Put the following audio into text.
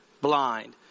blind